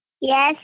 Yes